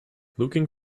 looking